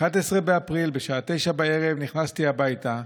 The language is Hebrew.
ב-11 באפריל בשעה 21:00 נכנסתי הביתה.